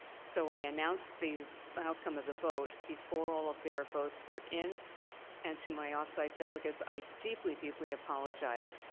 so i announced the outcome of the vote before all of their votes were in and to my off-site delegates, i deeply, deeply apologize.